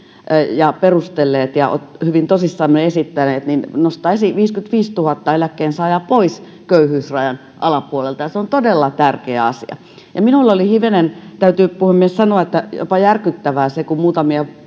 ja perustelleet ja hyvin tosissamme esittäneet nostaa viisikymmentäviisituhatta eläkkeensaajaa pois köyhyysrajan alapuolelta ja se on todella tärkeä asia minulle oli hivenen täytyy puhemies sanoa jopa järkyttävää se kun muutamia